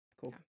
Cool